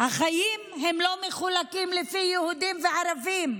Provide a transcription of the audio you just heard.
החיים לא מחולקים לפי יהודים וערבים.